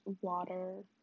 water